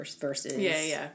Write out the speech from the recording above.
versus